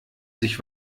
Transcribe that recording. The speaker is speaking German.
sich